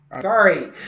Sorry